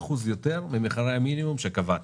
40% יותר ממחירי המינימום שקבעתם.